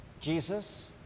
Jesus